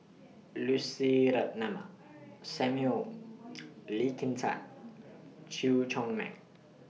Lucy Ratnammah Samuel Lee Kin Tat Chew Chor Meng